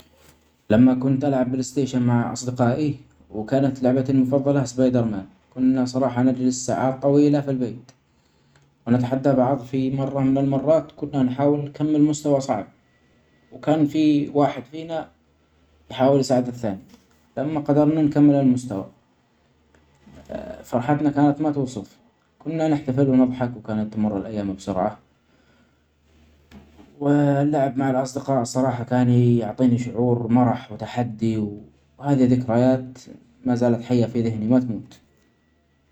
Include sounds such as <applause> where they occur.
لما كنت العب بلايستيشن مع اصدقائي وكانت لعبتي المفضله سبايدرمان. كنا صباحا نجلس ساعات طوييله في البيت وننحدي بعض في مره من المرات كنا نحاول كمل مستوي صعب وكان في واحد فينا بيحاول يساعد الثاني لما قدرنا نكمل المستوي ا- فرحتنا كانت ما توصف كنا نحتفل ونضحك وكانت تمر الايام بسرعه. <hesitation> والعب مع الاصدقاء صراحه كان يعطيني شعور مرح وتحدي و-وهذه ذكريات ما ذالت حيه في ذهني ما تموت.